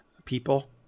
people